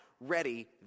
ready